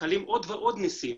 חלים עוד ועוד נסים.